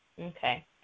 Okay